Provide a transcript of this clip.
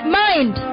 mind